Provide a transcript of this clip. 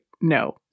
no